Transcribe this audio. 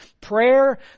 Prayer